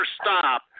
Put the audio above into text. stop